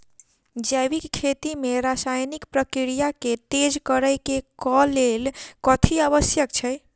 जैविक खेती मे रासायनिक प्रक्रिया केँ तेज करै केँ कऽ लेल कथी आवश्यक छै?